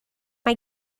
mae